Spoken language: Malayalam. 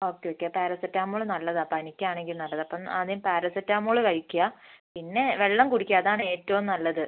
ഓക്കെ ഓക്കെ പാരസിറ്റമോള് നല്ലതാണ് പനിക്കാണെങ്കിൽ നല്ലതാണ് അപ്പം ആദ്യം പാരസിറ്റമോള് കഴിക്കുക പിന്നെ വെള്ളം കുടിക്കുക അതാണ് ഏറ്റവും നല്ലത്